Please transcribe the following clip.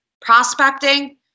prospecting